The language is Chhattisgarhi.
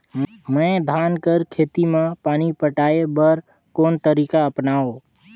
मैं धान कर खेती म पानी पटाय बर कोन तरीका अपनावो?